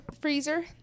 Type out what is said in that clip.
freezer